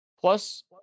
Plus